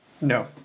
No